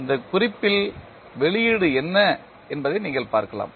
இந்த குறிப்பில் வெளியீடு என்ன என்பதை நீங்கள் பார்க்கலாம்